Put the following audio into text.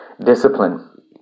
discipline